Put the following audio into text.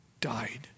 died